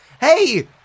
Hey